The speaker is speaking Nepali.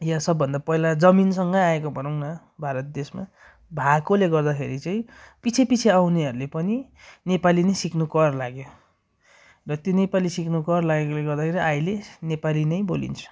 यहाँ सबभन्दा पहिला जमिनसँगै आएको भनौँ न भारत देशमा भएकोले गर्दाखेरि चाहिँ पछि पछि आउनेहरूले पनि नेपाली नै सिक्न कर लाग्यो र त्यो नेपाली सिक्न कर लागेकोले गर्दाखेरि अहिले नेपाली नै बोलिन्छ